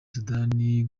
sudani